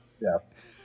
Yes